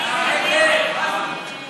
ההסתייגות לחלופין (ב)